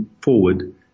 forward